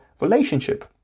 relationship